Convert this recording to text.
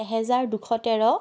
এহেজাৰ দুশ তেৰ